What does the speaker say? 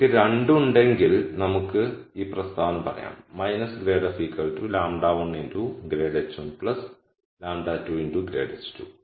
എനിക്ക് 2 ഉണ്ടെങ്കിൽ നമുക്ക് ഈ പ്രസ്താവന പറയാം grad f λ1 grad h1 λ2 grad h2